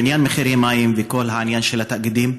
עניין מחירי המים וכל העניין של התאגידים.